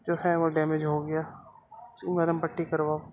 جو ہے وہ ڈیمیج ہو گیا مرہم پٹی کرواؤ